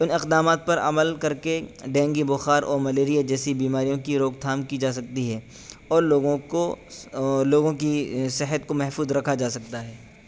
ان اقدامات پر عمل کر کے ڈینگی بخار اور ملیریا جیسی بیماریوں کی روک تھام کی جا سکتی ہے اور لوگوں کو لوگوں کی صحت کو محفوظ رکھا جا سکتا ہے